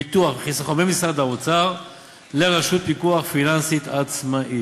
ביטוח וחיסכון במשרד האוצר לרשות פיקוח פיננסי עצמאית.